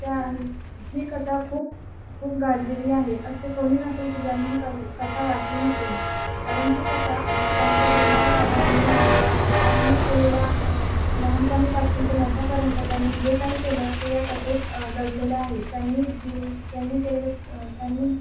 त्याही ही कथा खूप खूप गाजलेली आहे असे कोणी नसेल की ज्यानी ही कवि कथा वाचली नसेल कारण ही कथा त्यांच्या जीवनावर आधारलेली आहे त्यांनी केलेल्या स् लहानपणीपासून ते मोठ्यापर्यंत त्यांनी जे काही केलं ते या कथेत दडलेलं आहे त्यांनी दिलेलंस् त्यांनी केलेलंस् त्यांनी